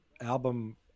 album